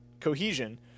cohesion